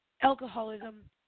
alcoholism